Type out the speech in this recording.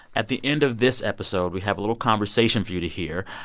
at the end of this episode, we have a little conversation for you to hear,